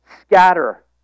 scatter